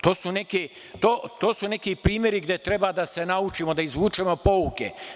To su neki primeri gde treba da se naučimo, da izvučemo pouke.